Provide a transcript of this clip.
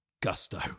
gusto